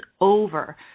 over